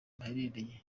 baherereye